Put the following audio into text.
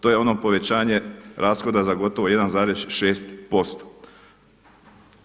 To je ono povećanje rashoda za gotovo 1,6%